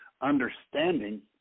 understanding